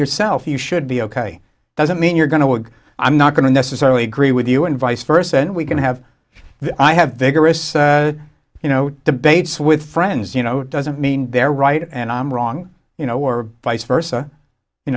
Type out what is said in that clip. yourself you should be ok doesn't mean you're going to win i'm not going to necessarily agree with you and vice versa and we can have the i have vigorous you know debates with friends you know doesn't mean they're right and i'm wrong you know or vice versa you